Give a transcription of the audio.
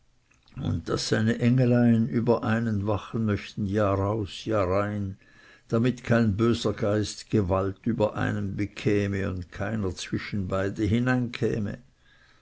und daß seine engelein über einem wachen möchten jahraus jahrein damit kein böser geist gewalt über einem bekäme und keiner zwischen beide